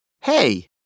Hey